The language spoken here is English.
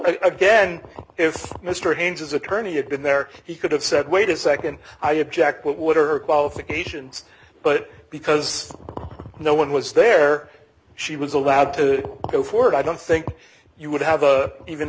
again if mr haines his attorney had been there he could have said wait a second i object what would her qualifications but because no one was there she was allowed to go forward i don't think you would have even